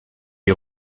est